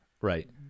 right